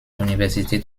universität